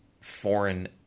foreign